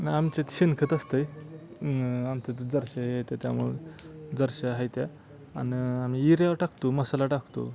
आमच्यात शेणखत असतंय आमच्या जर्शा येते त्यामुळे जर्शा आहे त्या अन आम्ही यूर्या टाकतो मसाला टाकतो